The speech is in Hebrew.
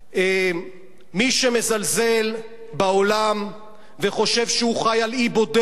מי שמזלזל בעולם וחושב שהוא חי על אי בודד